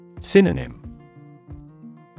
Synonym